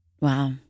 Wow